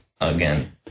again